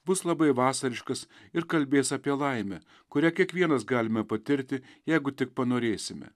bus labai vasariškas ir kalbės apie laimę kurią kiekvienas galime patirti jeigu tik panorėsime